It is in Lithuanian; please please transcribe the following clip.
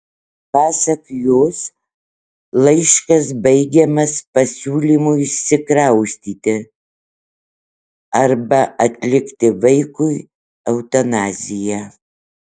pasak jos laiškas baigiamas pasiūlymu išsikraustyti arba atlikti vaikui eutanaziją